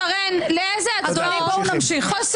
שרן, לאיזה הצבעות הוסיפו?